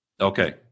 Okay